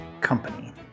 Company